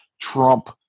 Trump